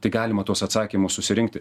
tai galima tuos atsakymus susirinkti